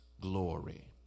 glory